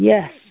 Yes